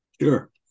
Sure